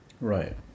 Right